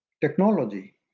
technology